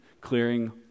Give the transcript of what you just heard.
clearing